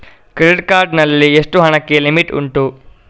Credit card ನಲ್ಲಿ ಎಷ್ಟು ಹಣಕ್ಕೆ ಲಿಮಿಟ್ ಉಂಟು?